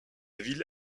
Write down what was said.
ville